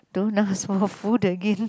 don't ask for food again